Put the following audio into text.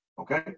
Okay